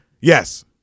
Yes